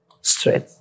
Straight